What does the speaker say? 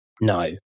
No